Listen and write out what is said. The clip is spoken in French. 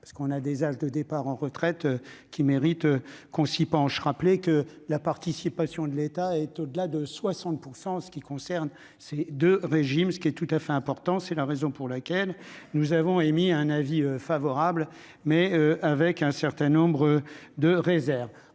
parce qu'on a des âges de départ en retraite qui mérite qu'on s'y penche rappeler que la participation de l'État est au-delà de 60 % en ce qui concerne ces 2 régimes, ce qui est tout à fait important, c'est la raison pour laquelle nous avons émis un avis favorable mais avec un certain nombre de réserves,